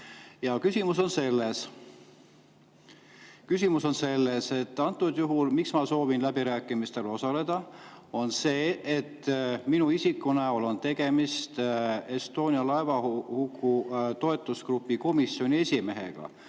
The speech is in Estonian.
Küsimus on selles, et antud juhul [põhjus], miks ma soovin läbirääkimistel osaleda, on see, et minu isiku näol on tegemist Estonia laevahuku toetusgrupi komisjoni esimehega.